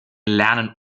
lernen